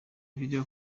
video